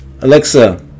alexa